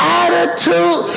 attitude